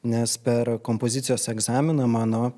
nes per kompozicijos egzaminą mano